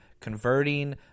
converting